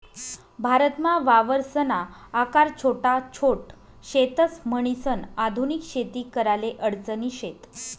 भारतमा वावरसना आकार छोटा छोट शेतस, म्हणीसन आधुनिक शेती कराले अडचणी शेत